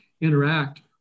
interact